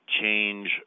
change